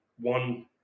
one